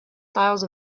styles